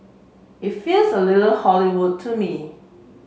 it feels a little Hollywood to me